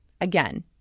Again